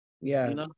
Yes